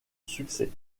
succès